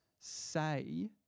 say